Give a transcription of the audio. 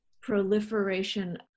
proliferation